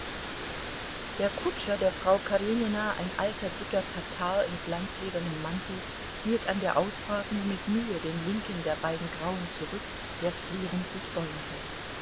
der kutscher der frau karenina ein alter dicker tatar in glanzledernem mantel hielt an der ausfahrt nur mit mühe den linken der beiden grauen zurück der frierend sich bäumte